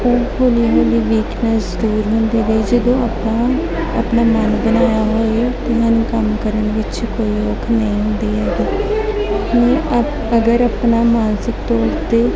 ਉਹ ਹੌਲੀ ਹੌਲੀ ਵੀਕਨੈੱਸ ਦੂਰ ਹੁੰਦੀ ਗਈ ਜਦੋਂ ਆਪਾਂ ਆਪਣਾ ਮਨ ਬਣਾਇਆ ਹੋਇਆ ਹੈ ਅਤੇ ਸਾਨੂੰ ਕੰਮ ਕਰਨ ਵਿੱਚ ਕੋਈ ਔਖ ਨਹੀਂ ਹੁੰਦੀ ਹੈਗੀ ਅਗਰ ਆਪਣਾ ਮਾਨਸਿਕ ਤੌਰ 'ਤੇ